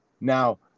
Now